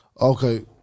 Okay